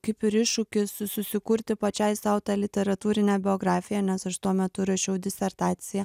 kaip ir iššūkis su susikurti pačiai sau tą literatūrinę biografiją nes aš tuo metu rašiau disertaciją